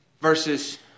Versus